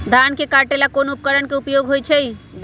धान के काटे का ला कोंन उपकरण के उपयोग होइ छइ?